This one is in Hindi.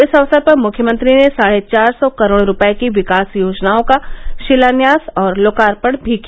इस अवसर पर मुख्यमंत्री ने साढ़े चार सौ करोड़ रूपये की विकास योजनाओं का शिलान्यास और लोकार्पण भी किया